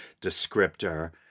descriptor